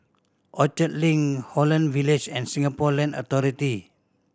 Orchard Link Holland Village and Singapore Land Authority